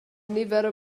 nifer